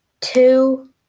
two